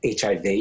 HIV